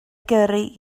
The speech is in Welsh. gyrru